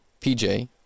PJ